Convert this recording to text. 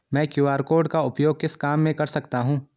मैं QR code का उपयोग किस काम में कर सकता हूं?